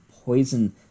Poison